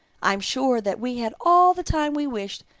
i am sure that we had all the time we wished,